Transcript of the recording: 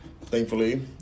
thankfully